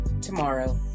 tomorrow